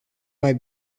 mai